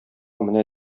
менә